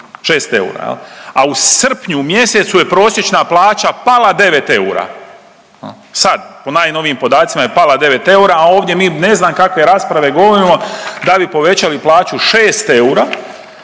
6 eura jel, a u srpnju mjesecu je prosječna plaća pala 9 eura jel, sad po najnovijim podacima je pala 9 eura, a ovdje mi ne znam kakve rasprave govorimo da bi povećali plaću 6 eura